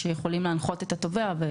שיכולים להנחות את התובע.